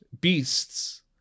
beasts